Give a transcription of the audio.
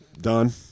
Done